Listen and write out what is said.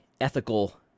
ethical